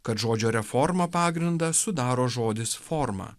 kad žodžio reforma pagrindą sudaro žodis forma